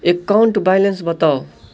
account balance बताउ